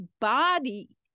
body